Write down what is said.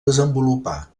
desenvolupar